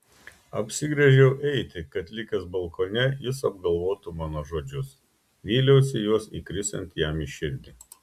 apsigręžiau eiti kad likęs balkone jis apgalvotų mano žodžius vyliausi juos įkrisiant jam į širdį